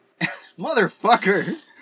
Motherfucker